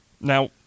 Now